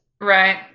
Right